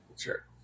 Sure